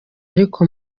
ariko